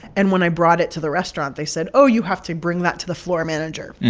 and when i brought it to the restaurant, they said, oh, you have to bring that to the floor manager.